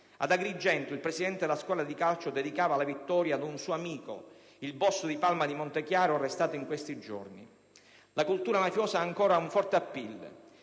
ad Agrigento, il Presidente della scuola di calcio dedicava la vittoria ad un suo amico, ilboss di Palma di Montechiaro, arrestato in questi giorni. La cultura mafiosa ha ancora un forte *appeal*,